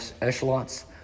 echelons